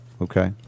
Okay